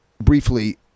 briefly